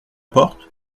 porte